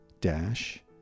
dash